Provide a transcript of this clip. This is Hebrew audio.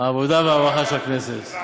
העבודה והרווחה של הכנסת.